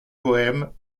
poèmes